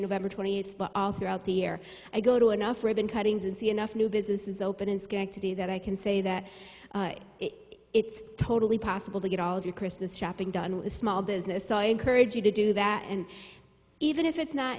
november twentieth but all throughout the year i go to enough ribbon cuttings is enough new business is open in schenectady that i can say that it's totally possible to get all of your christmas shopping done with a small business saw encourage you to do that and even if it's not